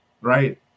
Right